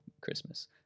christmas